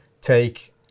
take